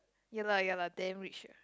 ya lah ya lah damn rich